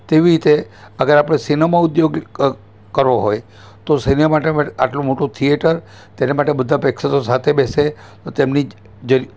તેવી રીતે અગર આપણે સિનેમા ઉદ્યોગ કરવો હોય તો સિને માટે પણ આટલું મોટું થિએટર તેના માટે બધા પ્રેક્ષકો સાથે બેસે તો તેમની